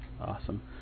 Awesome